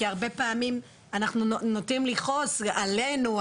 כי הרבה פעמים אנחנו נוטים לכעוס עלינו,